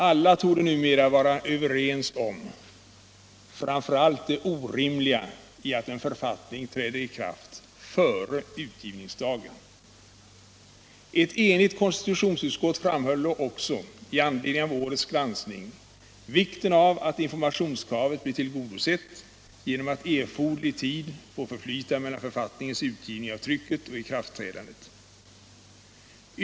Alla torde numera vara överens om framför allt det orimliga i att en författning träder i kraft före utgivningsdagen. Ett enigt konstitutionsutskott framhåller också i anledning av årets granskning vikten av att informationskravet blir tillgodosett genom att erforderlig tid får förflyta mellan författningars utgivning av trycket och ikraftträdandet.